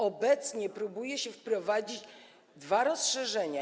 Obecnie próbuje się wprowadzić dwa rozszerzenia.